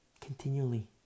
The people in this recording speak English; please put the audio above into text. Continually